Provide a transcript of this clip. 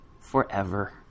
forever